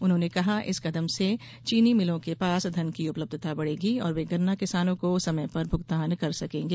उन्होंने कहा कि इस कदम से चीनी मिलों के पास धन की उपलब्यता बढ़ेगी और वे गन्ना किसानों को समय पर भुगतान कर सकेंगे